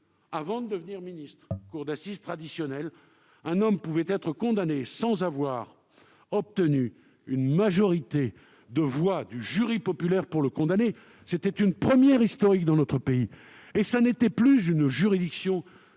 avant de devenir ministre, en cour d'assises traditionnelle, un homme pouvait être condamné en l'absence d'une majorité de voix du jury populaire pour le condamner. C'était une première historique dans notre pays et la cour d'assises n'était